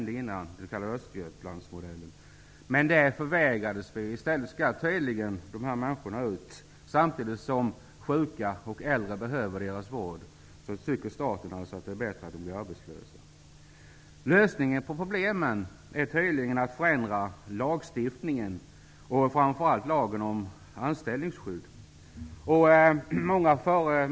Dessa människor skall nu tydligen sparkas ut, samtidigt som sjuka och äldre behöver vård. Men staten tycker att det är bättre att människor blir arbetslösa. Lösningen på problemen är tydligen en ändring i lagstiftningen, framför allt i lagen om anställningsskydd.